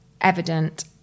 evident